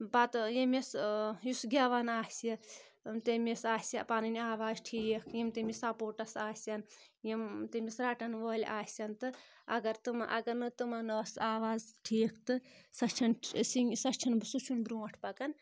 پتہٕ ییٚمِس یُس گٮ۪وان آسہِ تٔمِس آسہِ پَنٕنۍ آواز ٹھیٖک یِم تٔمِس سَپُوٹَس آسَن یِم تٔمِس رَٹان وٲلۍ آسَن تہٕ اگر تِم اگر نہٕ تِمَن ٲس آواز ٹھیٖک تہٕ سۄ چھَنہٕ سۄ چھَنہٕ بہٕ سُہ چھُنہٕ برونٛٹھ پَکان